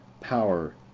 power